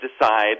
decide